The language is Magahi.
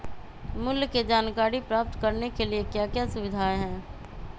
मूल्य के जानकारी प्राप्त करने के लिए क्या क्या सुविधाएं है?